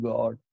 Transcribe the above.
God